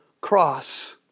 cross